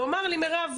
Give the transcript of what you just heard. הוא אמר לי מירב,